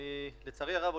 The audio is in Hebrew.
לצערי הרב,